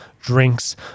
drinks